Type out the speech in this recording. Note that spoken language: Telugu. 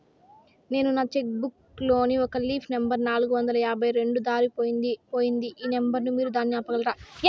నేను నా చెక్కు బుక్ లోని ఒక లీఫ్ నెంబర్ నాలుగు వందల యాభై రెండు దారిపొయింది పోయింది ఈ నెంబర్ ను మీరు దాన్ని ఆపగలరా?